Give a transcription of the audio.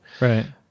right